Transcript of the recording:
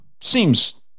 seems